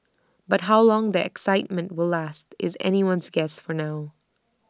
but how long the excitement will last is anyone's guess for now